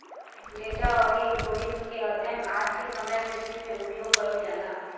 data अउरी algorithm के अध्ययन आज के समय में वित्त में उपयोग कईल जाला